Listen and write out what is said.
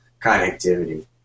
connectivity